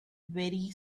very